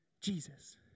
Jesus